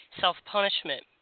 Self-punishment